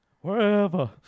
Wherever